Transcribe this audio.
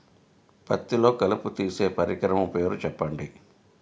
పత్తిలో కలుపు తీసే పరికరము పేరు చెప్పండి